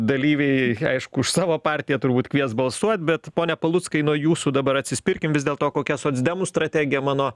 dalyviai aišku už savo partiją turbūt kvies balsuot bet pone paluckai nuo jūsų dabar atsispirkim vis dėl to kokia socdemų strategija mano